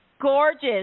gorgeous